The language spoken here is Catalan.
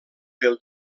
pel